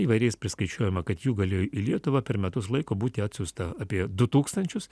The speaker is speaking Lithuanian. įvairiais priskaičiuojama kad jų galėjo į lietuvą per metus laiko būti atsiųsta apie du tūkstančius